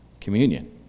communion